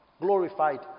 Glorified